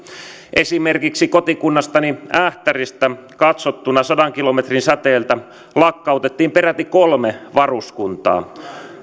esimerkiksi kotikunnastani ähtäristä katsottuna sadan kilometrin säteeltä lakkautettiin peräti kolme varuskuntaa